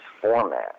format